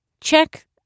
check